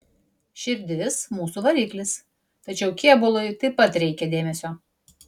širdis mūsų variklis tačiau kėbului taip pat reikia dėmesio